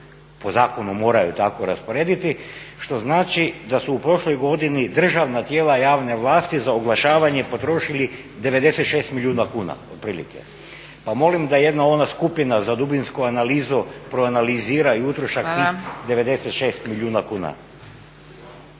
po zakonu moraju tako rasporediti, što znači da su u prošloj godini državna tijela javne vlasti za oglašavanje potrošili 96 milijuna kuna otprilike. Pa molim da jedna ona skupina za dubinsku analizu proanalizira i utrošak tih 96 milijuna kuna.